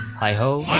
heigh-ho, and